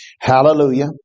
Hallelujah